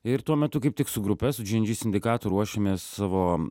ir tuo metu kaip tik su grupe su džy en džy sindikatu ruošėmės savo